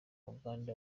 uganda